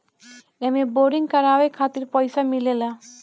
एमे बोरिंग करावे खातिर पईसा मिलेला